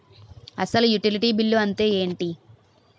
అసలు utility bill అంతే ఎంటి?